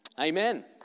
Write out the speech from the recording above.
Amen